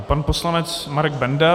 Pan poslanec Marek Benda.